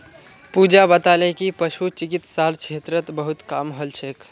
पूजा बताले कि पशु चिकित्सार क्षेत्रत बहुत काम हल छेक